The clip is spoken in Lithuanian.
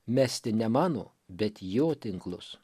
mesti ne mano bet jo tinklus